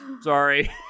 Sorry